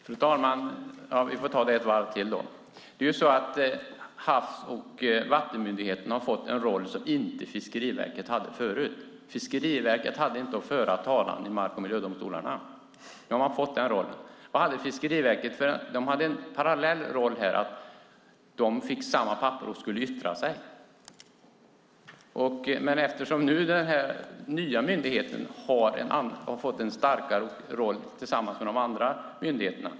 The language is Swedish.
Fru talman! Vi får ta det ett varv till. Havs och vattenmyndigheten har fått en roll som inte Fiskeriverket hade. Fiskeriverket kunde inte föra talan i mark och miljödomstolarna, men det kan Havs och vattenmyndigheten. Fiskeriverket hade en parallell roll; de fick samma papper och skulle yttra sig. Den nya myndigheten har fått en starkare roll tillsammans med de andra myndigheterna.